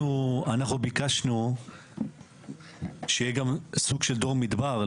אנחנו ביקשנו שיהיה גם סוג של דור מדבר.